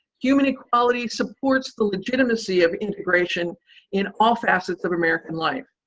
human equality supports the legitimacy of integration in all facets of american life,